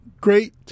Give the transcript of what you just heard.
great